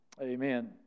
amen